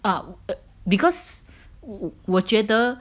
ah because 我觉得